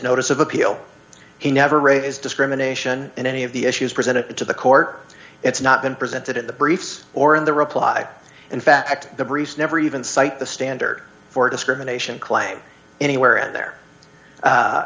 notice of appeal he never raised discrimination in any of the issues presented to the court it's not been presented at the briefs or in the reply in fact the briefs never even cite the standard for discrimination claim anywhere and there